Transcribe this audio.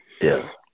Yes